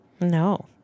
No